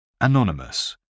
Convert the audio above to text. Anonymous